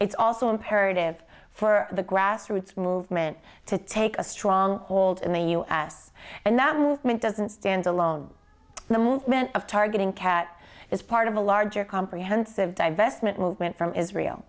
it's also imperative for the grassroots movement to take a strong hold in the us and that movement doesn't stand alone the movement of targeting cat is part of a larger comprehensive divestment movement from israel